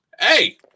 Hey